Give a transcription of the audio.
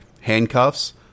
handcuffs